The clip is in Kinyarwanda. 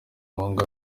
umuhungu